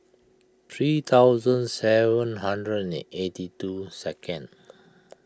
three thousand seven hundred and eighty two second